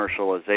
commercialization